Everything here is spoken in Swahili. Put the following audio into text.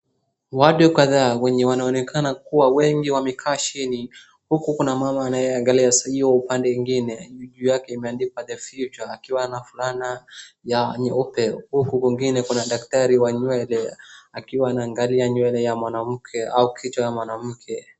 Watu kadhaa wenye wanaonekana kuwa wengi wamekaa chini huku kuna mama anayeangalia sikio upande mwingine juu yake imeandikwa the future akiwa na fulana ya nyeupe huku kuingine kuna daktari wa nywele akiwa anaangalia nywele ya mwanamke au kichwa ya mwanamke.